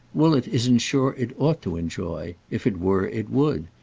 woollett isn't sure it ought to enjoy. if it were it would.